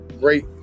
great